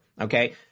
Okay